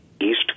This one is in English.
East